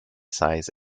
size